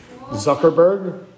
Zuckerberg